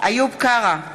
איוב קרא,